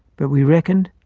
but we reckoned,